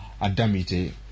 Adamite